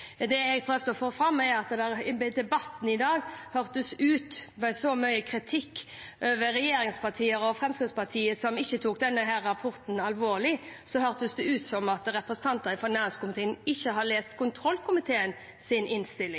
Det jeg prøvde å få fram, er at det i debatten i dag – med så mye kritikk av at regjeringspartiene og Fremskrittspartiet ikke har tatt denne rapporten alvorlig – har hørt ut som om representanter fra næringskomiteen ikke har lest kontrollkomiteens innstilling.